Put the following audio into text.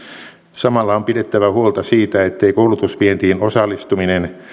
samalla on pidettävä huolta siitä ettei koulutusvientiin osallistuminen